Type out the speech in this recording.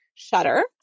shutter